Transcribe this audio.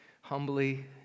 humbly